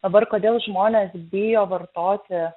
dabar kodėl žmonės bijo vartoti